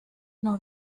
nur